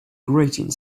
grating